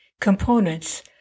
Components